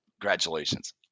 Congratulations